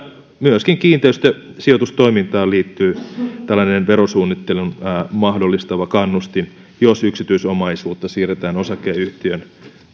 myöskin kiinteistösijoitustoimintaan liittyy tällainen verosuunnittelun mahdollistava kannustin jos yksityisomaisuutta siirretään osakeyhtiön